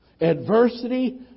Adversity